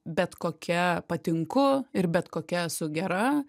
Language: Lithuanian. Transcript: bet kokia patinku ir bet kokia esu gera